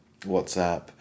WhatsApp